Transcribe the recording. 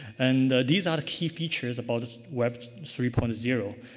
and these are the key features about web three point zero.